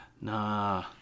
Nah